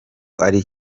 ari